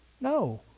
No